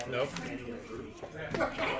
Nope